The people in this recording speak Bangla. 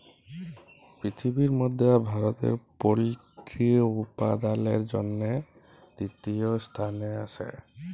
পিরথিবির মধ্যে ভারতে পল্ট্রি উপাদালের জনহে তৃতীয় স্থালে আসে